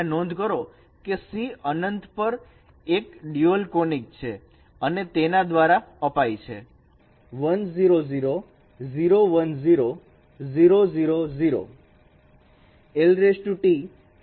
અહીંયા નોંધ કરો કે C અનંત પર એક ડ્યુઅલ કોનીક છે અને તે આના દ્વારા અપાય છે